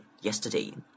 yesterday